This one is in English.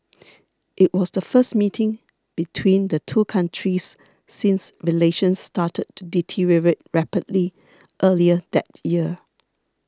it was the first meeting between the two countries since relations started to deteriorate rapidly earlier that year